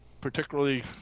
particularly